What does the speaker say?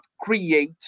create